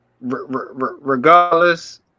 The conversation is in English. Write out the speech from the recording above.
regardless